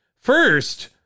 First